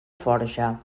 forja